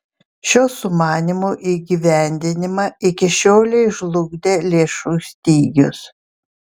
šio sumanymo įgyvendinimą iki šiolei žlugdė lėšų stygius